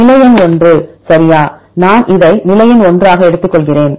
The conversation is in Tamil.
நிலை எண் 1 சரியா நான் இதை நிலை எண் 1 ஆக எடுத்துக்கொள்கிறேன்